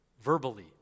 verbally